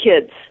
kids